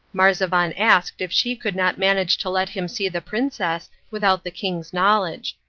marzavan asked if she could not manage to let him see the princess without the king's knowledge.